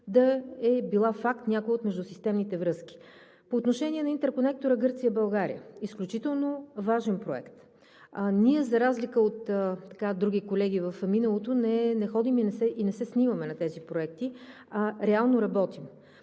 да е била факт някоя от междусистемните връзки. По отношение на интерконектора Гърция – България – изключително важен проект. Ние, за разлика от други колеги в миналото, не ходим и не се снимаме на тези проекти, а реално работим.